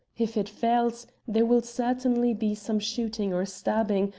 if it fails, there will certainly be some shooting or stabbing,